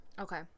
okay